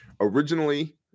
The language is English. Originally